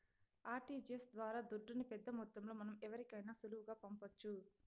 RTGS ద్వారా దుడ్డుని పెద్దమొత్తంలో మనం ఎవరికైనా సులువుగా పంపొచ్చు